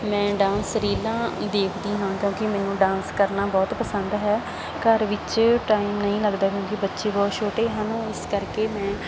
ਮੈਂ ਡਾਂਸ ਰੀਲਾਂ ਦੇਖਦੀ ਹਾਂ ਕਿਉਂਕਿ ਮੈਨੂੰ ਡਾਂਸ ਕਰਨਾ ਬਹੁਤ ਪਸੰਦ ਹੈ ਘਰ ਵਿੱਚ ਟਾਈਮ ਨਹੀਂ ਲੱਗਦਾ ਕਿਉਂਕਿ ਬੱਚੇ ਬਹੁਤ ਛੋਟੇ ਹਨ ਇਸ ਕਰਕੇ ਮੈਂ